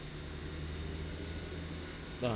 ah